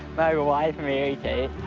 my wife mary kate!